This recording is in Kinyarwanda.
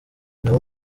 nawo